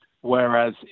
Whereas